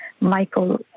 Michael